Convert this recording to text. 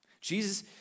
Jesus